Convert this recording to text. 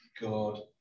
God